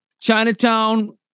Chinatown